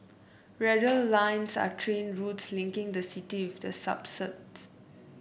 radial lines are train routes linking the city with the suburbs